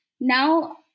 now